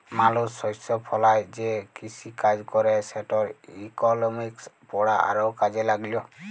মালুস শস্য ফলায় যে কিসিকাজ ক্যরে সেটর ইকলমিক্স পড়া আরও কাজে ল্যাগল